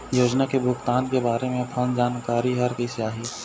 योजना के भुगतान के बारे मे फोन जानकारी हर कइसे आही?